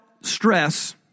stress